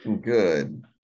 good